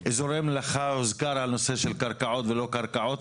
הוזכר הנושא של קרקעות ולא קרקעות,